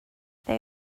they